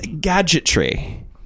gadgetry